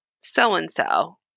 so-and-so